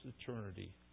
eternity